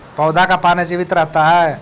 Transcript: पौधा का पाने से जीवित रहता है?